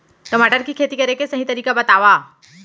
टमाटर की खेती करे के सही तरीका बतावा?